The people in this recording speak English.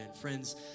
Friends